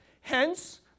Hence